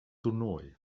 toernoai